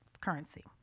currency